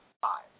five